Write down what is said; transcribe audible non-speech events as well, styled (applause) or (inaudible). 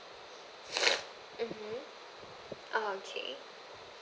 (noise) mmhmm oh okay